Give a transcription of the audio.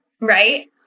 right